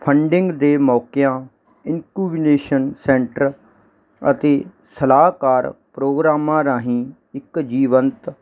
funding ਦੇ ਮੌਕਿਆਂ centre ਅਤੇ ਸਲਾਹਕਾਰ ਪ੍ਰੋਗਰਾਮਾਂ ਰਾਹੀਂ ਇੱਕ ਜੀਵੰਤ